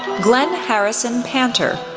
glenn harrison panter,